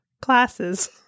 Classes